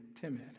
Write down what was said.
timid